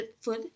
food